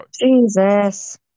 Jesus